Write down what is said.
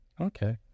Okay